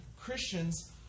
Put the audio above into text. Christians